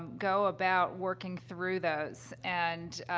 go about working through those and,